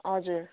हजुर